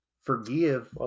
forgive